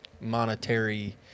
monetary